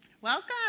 welcome